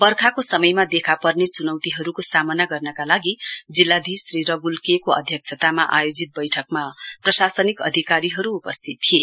बर्खाको समयमा देखा पर्ने चुनौतीहरूको सामना गर्नेका लागि जिल्लाधीश श्री रगूल के ले अध्यक्षता आयोजित बैठकमा प्रशासनिक अधिकारीहरू उपस्थित थिए